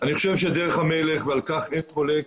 אני חושב שדרך המלך, ועל כך אין חולק,